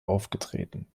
aufgetreten